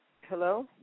Hello